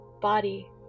body